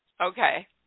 Okay